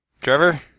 Trevor